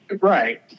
Right